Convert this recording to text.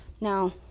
now